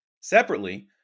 Separately